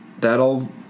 That'll